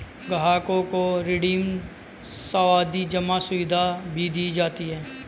ग्राहकों को रिडीम सावधी जमा सुविधा भी दी जाती है